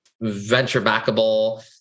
venture-backable